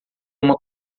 uma